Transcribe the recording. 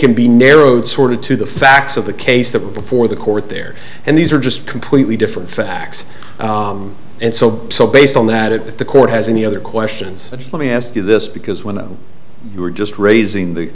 can be narrowed sort of to the facts of the case that before the court there and these are just completely different facts and so based on that it the court has any other questions let me ask you this because when you were just raising the